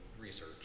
research